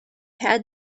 had